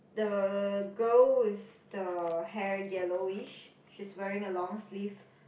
the girl with the hair yellowish she's wearing a long sleeve